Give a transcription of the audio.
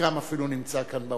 שחלקם אפילו נמצא כאן באולם.